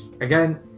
Again